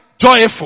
joyful